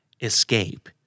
Escape